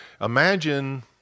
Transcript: Imagine